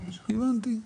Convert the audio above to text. הבנתי,